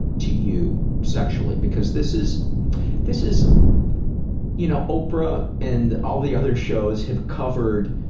to you sexually? because this is this is you know, oprah and all the other shows have covered